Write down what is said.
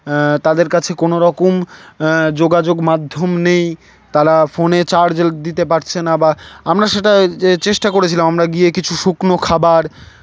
তাদের কাছে কোনো রকম যোগাযোগ মাধ্যম নেই তারা ফোনে চার্জ দিতে পারছে না বা আমরা সেটা চেষ্টা করেছিলাম আমরা গিয়ে কিছু শুকনো খাবার